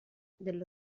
dello